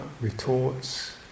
retorts